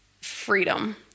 freedom